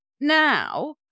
now